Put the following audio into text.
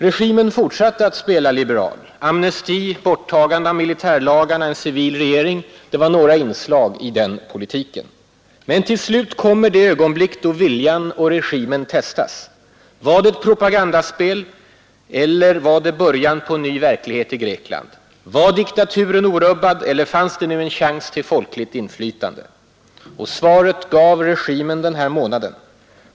Regimen fortsatte att spela liberal. Amnesti, borttagande av militärlagarna, en civil regering — det var några inslag i den politiken. Men till slut kom det ögonblick då viljan och regimen testades. Var det ett propagandaspel eller var det början på en ny verklighet i Grekland? Var diktaturen orubbad eller fanns nu en chans till folkligt inflytande? Svaret gav regimen under denna månad.